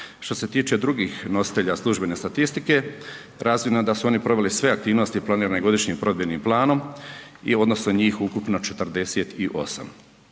Što se tiče drugih nositelja službene statistike, razvidno je da su oni proveli sve aktivnosti planirane Godišnjim provedbenim planom i odnosno njih ukupno 48.